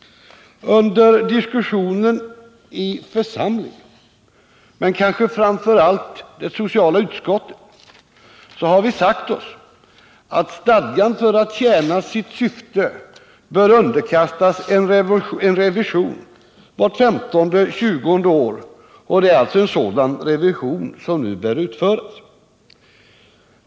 Under diskussionen i församlingen men kanske framför allt i det sociala utskottet har vi sagt oss att stadgan för att tjäna sitt syfte bör underkastas en revision vart femtonde eller tjugonde år, och det är alltså en sådan revision som nu bör utföras.